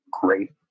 great